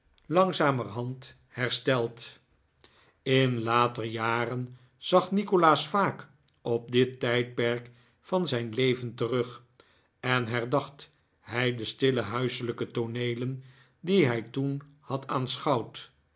langzamerhand hersteld in later jaren zag nikolaas vaak op dit tijdperk van zijn leven terug en herdacht hij de stille huiselijke tooneelen die hij toen had